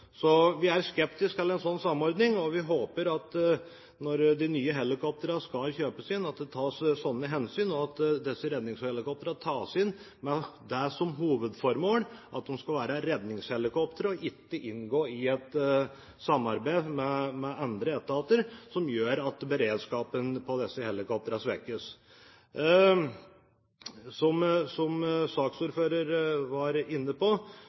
Så vi er skeptiske til en slik samordning, og vi håper, når de nye helikoptrene skal kjøpes inn, at det tas slike hensyn, og at disse redningshelikoptrene tas inn med det som hovedformål at de skal være redningshelikoptre og ikke inngå i et samarbeid med andre etater, som gjør at beredskapen på disse helikoptrene svekkes. Som saksordføreren var inne på,